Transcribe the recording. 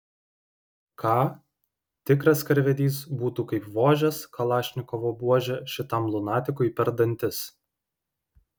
ką tikras karvedys būtų kaip vožęs kalašnikovo buože šitam lunatikui per dantis